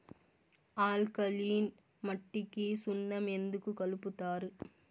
alkaline మట్టికి సున్నం ఎందుకు కలుపుతారు